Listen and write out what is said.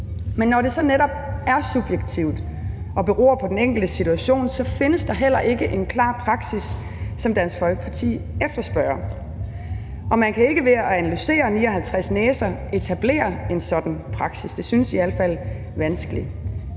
Når det så netop er subjektivt og beror på den enkelte situation, findes der heller ikke en klar praksis, sådan som Dansk Folkeparti efterspørger, og man kan ikke ved at analysere 59 næser etablere en sådan praksis. Det synes i al fald vanskeligt.